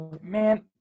man